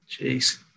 Jeez